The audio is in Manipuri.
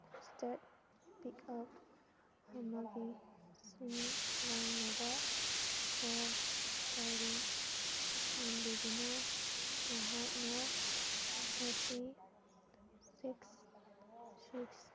ꯏꯁꯇꯦꯠ ꯄꯤꯛꯀꯞ ꯑꯃꯒꯤ ꯁꯤꯟꯂꯥꯡꯅꯕ ꯀꯣꯜ ꯇꯧꯔꯤ ꯆꯥꯟꯕꯤꯗꯨꯅ ꯅꯍꯥꯛꯅ ꯃꯁꯤ ꯁꯤꯛꯁ ꯁꯤꯛꯁ